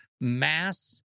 mass